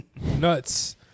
Nuts